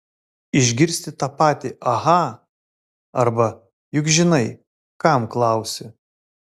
išgirsti tą patį aha arba juk žinai kam klausi